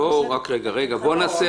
רק רגע, בואו נעשה